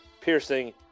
piercing